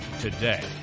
today